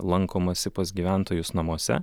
lankomasi pas gyventojus namuose